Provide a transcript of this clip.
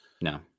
no